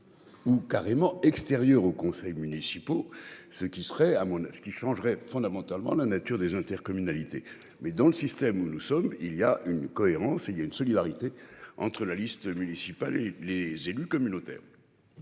Carrément extérieur aux conseils municipaux, ce qui serait à mon ce qui changerait fondamentalement la neige. Sur des intercommunalités mais dans le système où nous sommes il y a une cohérence, il y a une solidarité entre la liste municipale et les élus communautaires.